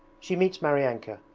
she meets maryanka,